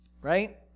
right